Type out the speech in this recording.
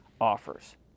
offers